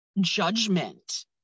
judgment